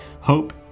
hope